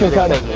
got it.